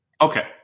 Okay